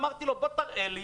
אמרתי לו שיראה לי